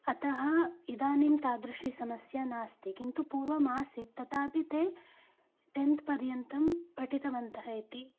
अतः इदानीं तादृशी समस्या नास्ति किन्तु पूर्वमासीत् तथापि ते टेन्त् पर्यन्तं पठितवन्तः इति